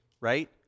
Right